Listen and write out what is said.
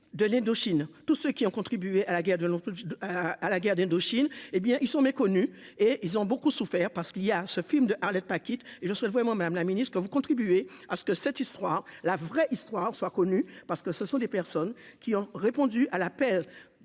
de l'Indochine, tous ceux qui ont contribué à la guerre de l'ombre à à la guerre d'Indochine, hé bien ils sont méconnus et ils ont beaucoup souffert, parce qu'il y a ce film de Arlette pas quitte et je vraiment Madame la Ministre, que vous contribuez à ce que cette histoire, la vraie histoire soit connue parce que ce sont des personnes qui ont répondu à l'appel